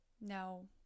No